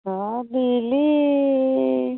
ହଁ ବିଲ୍